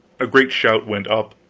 a great shout went up,